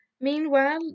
meanwhile